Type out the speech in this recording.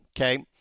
okay